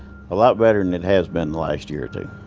a lot better than it has been the last year or two.